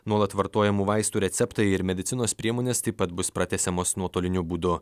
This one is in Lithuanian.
nuolat vartojamų vaistų receptai ir medicinos priemonės taip pat bus pratęsiamos nuotoliniu būdu